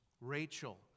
Rachel